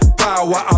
power